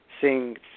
seeing